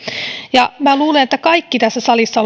ja minä luulen että me kaikki tässä salissa